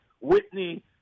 Whitney